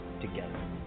together